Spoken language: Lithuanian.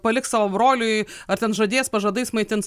paliks savo broliui ar ten žadės pažadais maitins